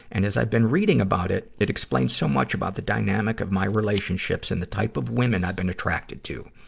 and as i've been reading about it, it explains so much about the dynamic of my relationships and the type of women i've been attracted to.